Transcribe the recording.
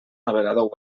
navegador